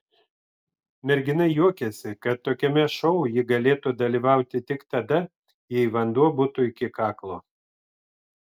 mergina juokėsi kad tokiame šou ji galėtų dalyvauti tik tada jei vanduo būtų iki kaklo